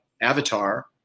Avatar